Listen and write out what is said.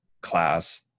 class